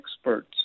experts